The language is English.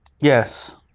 Yes